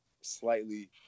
slightly